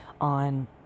on